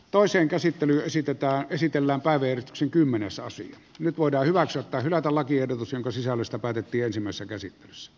toisen käsittelyn sitä tai käsitellä päivien xin kymmenessä osin nyt voidaan hyväksyä tai hylätä lakiehdotus jonka sisällöstä päätettiin ensimmäisessä käsittelyssä